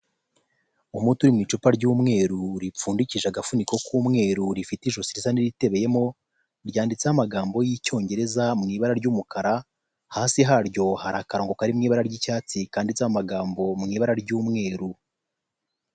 Umuti uri m'icupa ry'umweru ripfundiki agafuniko k'umweru rifite ijosi risa n'iritebeyemo ryanditseho amagambo y'icyongereza m'ibara ry'umukara hasi haryo hari akanrongo karimo ibara ry'icyatsi kanditseho amagambo m'ibara ry'umweru.